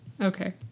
Okay